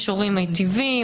יש הורים מיטיבים,